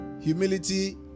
humility